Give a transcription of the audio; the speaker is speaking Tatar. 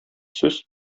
сүз